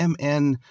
MN